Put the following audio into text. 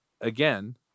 again